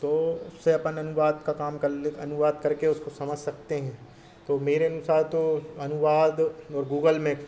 तो उससे अपना अनुवाद का काम कर ले अनुवाद करके उसको समझ सकते हैं तो मेरे अनुसार तो अनुवाद और गूगल मैप्स